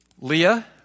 Leah